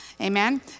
Amen